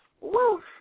Woo